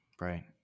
Right